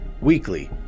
weekly